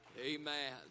Amen